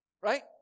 right